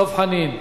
דב חנין,